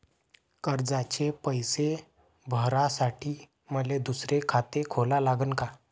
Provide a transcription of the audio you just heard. कर्जाचे पैसे भरासाठी मले दुसरे खाते खोला लागन का?